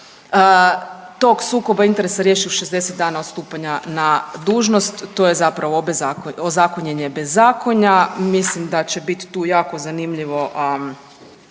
tog sukoba interesa riješe u 60 dana od stupanja na dužnost. To je zapravo ozakonjeno je bezzakonje. Mislim da će biti tu jako zanimljivo